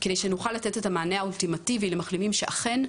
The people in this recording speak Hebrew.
כדי שנוכל לתת את המענה האולטימטיבי למחלימים שאכן,